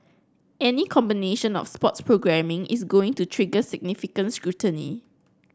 any combination of sports programming is going to trigger significant scrutiny